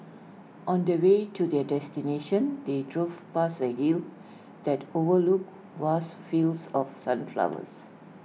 on the way to their destination they drove past A hill that overlooked vast fields of sunflowers